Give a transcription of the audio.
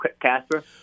Casper